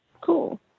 Cool